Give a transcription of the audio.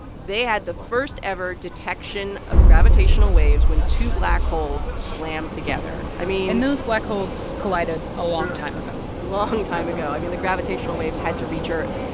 they had the first-ever detection of gravitational waves when two black holes slammed together. i mean. and those black holes collided a long time ago long time ago. i mean, the gravitational waves had to reach earth.